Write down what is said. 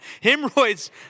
Hemorrhoids